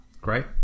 Great